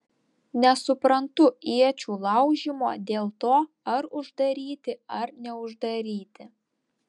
nesuprantu iečių laužymo dėl to ar uždaryti ar neuždaryti